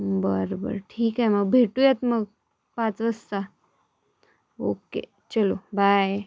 बरं बरं ठीके मग भेटूयात मग पाच वाजता ओके चलो बाय